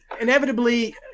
inevitably